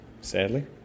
sadly